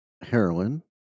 heroin